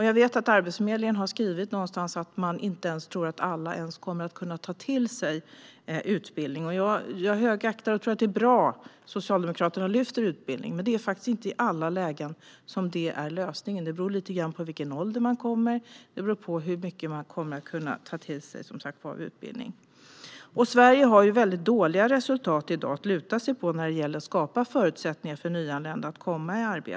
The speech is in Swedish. Jag vet att Arbetsförmedlingen någonstans har skrivit att man inte ens tror att alla kommer att kunna ta till sig utbildning. Jag högaktar och tycker att det är bra att Socialdemokraterna lyfter upp frågan om utbildning, men det är faktiskt inte i alla lägen som det är lösningen. Det beror lite grann på åldern på den som kommer hit och hur mycket denne kan ta till sig av utbildning. Sverige har i dag dåliga resultat att luta sig mot när det gäller att skapa förutsättningar för nyanlända att komma i arbete.